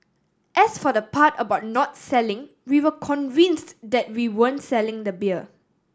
as for the part about not selling we were convinced that we weren't selling the beer